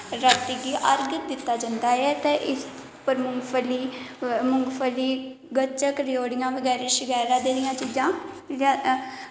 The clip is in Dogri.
रातीं गी अरग दित्ता जंदा ऐ ते इस पर मुंगफली मुंगफली गच्चक रयौड़ियां बगैरा शगैरा जेहियां चीजां एह्दे